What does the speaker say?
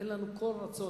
אין לנו כל רצון.